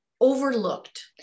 overlooked